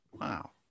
Wow